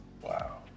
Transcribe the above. Wow